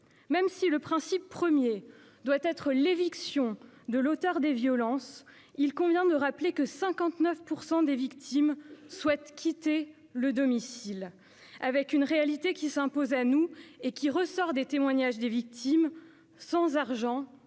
Même si le principe premier doit être l'éviction de l'auteur des violences, il convient de rappeler que 59 % des victimes souhaitent quitter le domicile. Une réalité, qui ressort des témoignages des victimes, s'impose